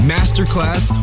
Masterclass